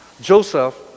Joseph